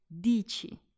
dici